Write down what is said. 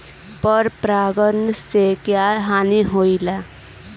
पर परागण से क्या हानि होईला?